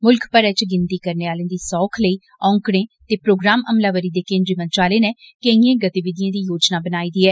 मुल्ख भरै च गिनती करने आलें दी सौख लेई आंकड़ें ते प्रोग्राम अम्लावरी दे केन्द्रीय मंत्रालय नै केईंए गतिविधिएं दी योजना बनाई दी ऐ